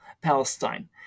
Palestine